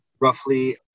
roughly